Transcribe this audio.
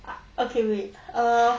ah okay wait uh